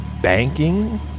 Banking